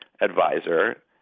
advisor